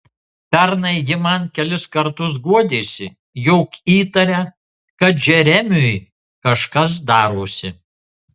pernai ji man kelis kartus guodėsi jog įtaria kad džeremiui kažkas darosi